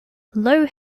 low